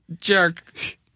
jerk